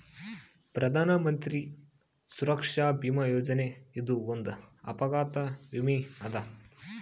ಪ್ರಧಾನ್ ಮಂತ್ರಿ ಸುರಕ್ಷಾ ಭೀಮಾ ಯೋಜನೆ ಇದು ಒಂದ್ ಅಪಘಾತ ವಿಮೆ ಅದ